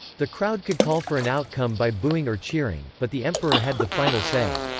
the crowd could call for an outcome by booing or cheering, but the emperor had the final say.